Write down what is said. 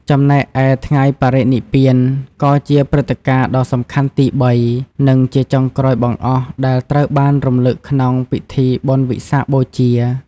ចំណែកឯថ្ងៃបរិនិព្វាន ក៏ជាព្រឹត្តិការណ៍ដ៏សំខាន់ទីបី និងជាចុងក្រោយបង្អស់ដែលត្រូវបានរំលឹកក្នុងពិធីបុណ្យវិសាខបូជា។